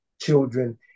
children